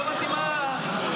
לא הבנתי מה --- תראה,